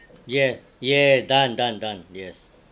ye ye done done done yes